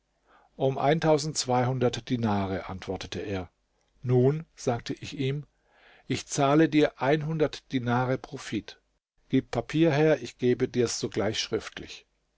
um dinare antwortete er nun sagte ich ihm ich zahle dir dinare profit gib papier her ich gebe dir's sogleich schriftlich